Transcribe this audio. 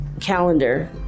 calendar